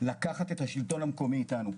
לקחת את השלטון המקומי איתנו.